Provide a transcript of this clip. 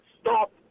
stop